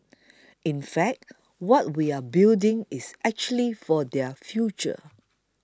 in fact what we are building is actually for their future